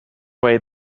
way